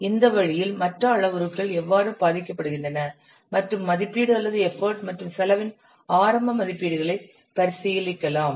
எனவே இந்த வழியில் மற்ற அளவுருக்கள் எவ்வாறு பாதிக்கப்படுகின்றன மற்றும் மதிப்பீடு அல்லது எஃபர்ட் மற்றும் செலவின் ஆரம்ப மதிப்பீடுகளை பரிசீலிக்கலாம்